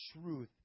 truth